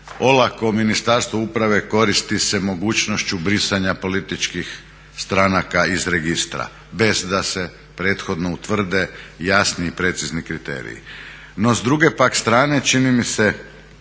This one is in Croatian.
olako Ministarstvo uprave koristi se mogućnošću brisanja političkih stranaka iz registra bez da se prethodno utvrde jasni i precizni kriteriji. No s druge pak strane čini mi se